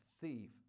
thief